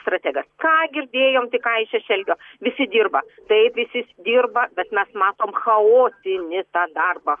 strategas ką girdėjom tik ką iš šešelgio visi dirba taip visi dirba bet mes matom chaotinį tą darbą